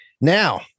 now